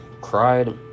cried